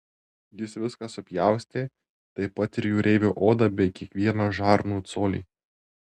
jis viską supjaustė taip pat ir jūreivio odą bei kiekvieną žarnų colį